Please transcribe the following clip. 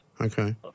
Okay